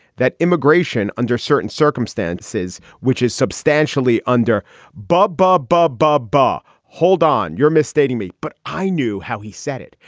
that immigration under certain circumstances, which is substantially under bob, bob, bob, bob barr. hold on you're misstating me. but i knew how he said it.